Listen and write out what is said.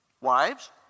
Wives